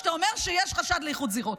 כשאתה אומר שיש חשד לאיחוד זירות?